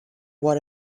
what